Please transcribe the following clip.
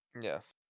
Yes